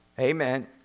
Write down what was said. Amen